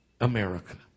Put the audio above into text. America